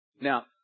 Now